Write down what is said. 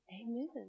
Amen